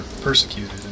persecuted